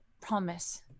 promise